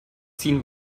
ziehen